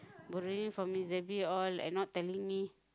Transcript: already from this debt here all and not telling me